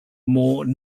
more